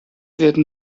werden